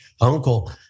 uncle